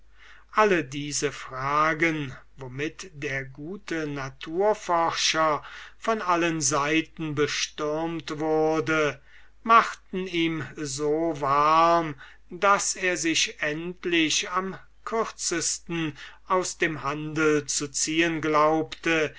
alle diese fragen womit der gute naturforscher von allen seiten bestürmt wurde machten ihm so warm daß er sich endlich am kürzesten aus dem handel zu ziehen glaubte